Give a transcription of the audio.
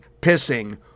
pissing